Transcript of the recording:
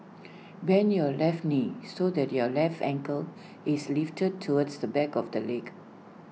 bend your left knee so that your left ankle is lifted towards the back of the leg